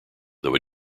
though